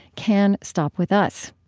can stop with us.